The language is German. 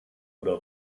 oder